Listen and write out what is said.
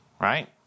Right